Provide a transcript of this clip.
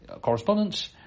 correspondence